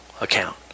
account